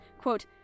quote